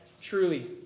truly